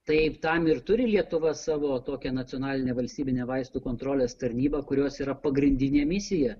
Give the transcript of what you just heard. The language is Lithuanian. taip tam ir turi lietuva savo tokią nacionalinę valstybinę vaistų kontrolės tarnybą kurios yra pagrindinė misija